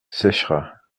sécheras